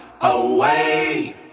away